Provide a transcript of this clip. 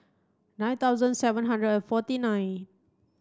nine thousand seven hundred and forty nine